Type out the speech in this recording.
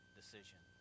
decision